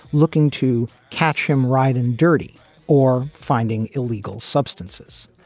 looking to catch him ride and dirty or finding illegal substances.